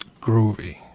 Groovy